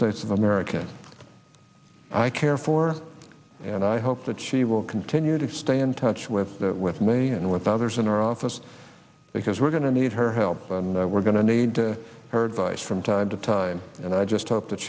states of america i care for and i hope that she will continue to stay in touch with with me and with others in our office because we're going to need her help and we're going to need to her advice from time to time and i just hope th